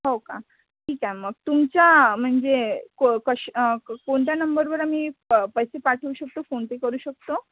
हो का ठीक आहे मग तुमच्या म्हणजे को कश क् कोणत्या नंबरवर मी प पैसे पाठवू शकतो फोनपे करू शकतो